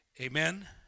amen